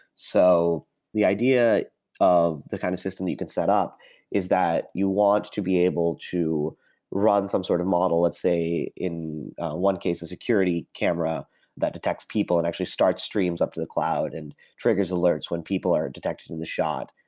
so the idea of the kind of system that you can set up is that you want to be able to run some sort of model. let's say, in one case, a security camera that detects people and actually start streams up to the cloud and triggers alerts when people are detected in the shot.